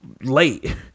late